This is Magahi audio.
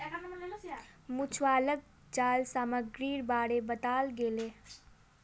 मछुवालाक जाल सामग्रीर बारे बताल गेले